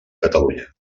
catalunya